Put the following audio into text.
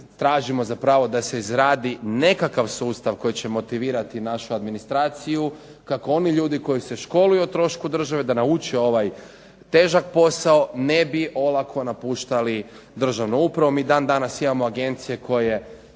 tražimo zapravo da se izradi nekakav sustav koji će motivirati našu administraciju, kako oni ljudi koji se školuju o trošku države da nauče ovaj težak posao, ne bi olako napuštali državnu upravu. Mi dan danas imamo agencije koje